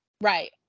Right